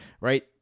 right